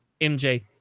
MJ